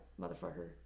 motherfucker